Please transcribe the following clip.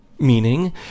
meaning